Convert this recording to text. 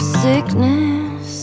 sickness